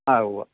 ആ ഉവ്വ്